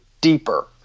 deeper